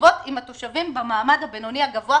מיטיבות עם התושבים במעמד הבינוני הגבוה.